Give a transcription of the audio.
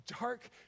dark